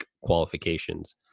qualifications